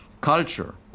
culture